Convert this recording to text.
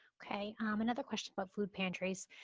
okay. um another question about food pantries.